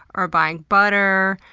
or buying butter,